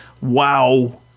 Wow